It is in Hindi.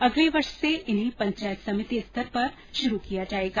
अगले वर्ष से इन्हें पंचायत समिति स्तर पर शुरू किया जाएगा